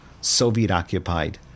Soviet-occupied